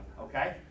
okay